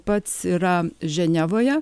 pats yra ženevoje